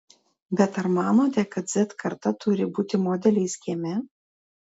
bet ar manote kad z karta turi būti modeliais kieme